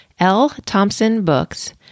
lthompsonbooks